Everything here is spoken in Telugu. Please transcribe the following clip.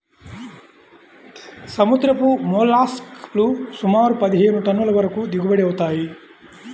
సముద్రపు మోల్లస్క్ లు సుమారు పదిహేను టన్నుల వరకు దిగుబడి అవుతాయి